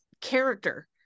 character